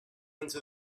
into